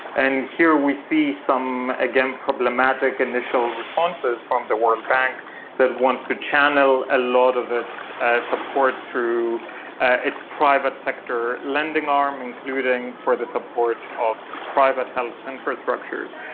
and here we see some, again, problematic initial responses from the world bank that wants to channel a lot of its ah support through its private sector lending arm, including for the support of private health infrastructures.